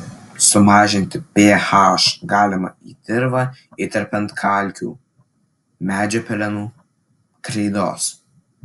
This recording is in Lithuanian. sumažinti ph galima į dirvą įterpiant kalkių medžio pelenų kreidos